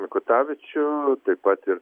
mikutavičių taip pat ir